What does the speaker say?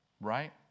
right